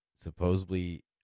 supposedly